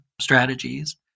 strategies